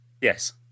Yes